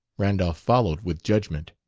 randolph followed with judgment.